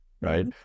right